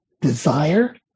desire